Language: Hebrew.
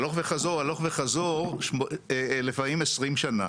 הלוך חזור, הלוך וחזור לפעמים 20 שנה.